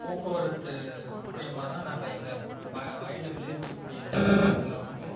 போக்குவரத்து மூலிமா தான் நாங்கள் எங்க வ வயலில் விளைவிக்கக்கூடிய நெல் பயிர்களை வந்து